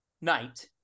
night